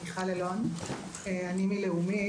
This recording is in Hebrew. אי מלאומית.